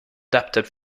adapted